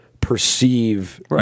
perceive